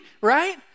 right